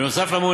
בנוסף לאמור,